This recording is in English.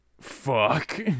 fuck